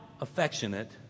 affectionate